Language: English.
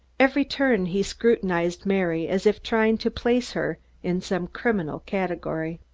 every turn, he scrutinized mary, as if trying to place her in some criminal category.